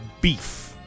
beef